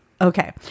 Okay